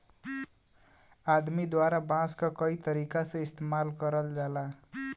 आदमी द्वारा बांस क कई तरीका से इस्तेमाल करल जाला